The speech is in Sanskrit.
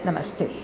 नमस्ते